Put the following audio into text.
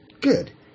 good